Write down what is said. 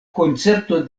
koncepto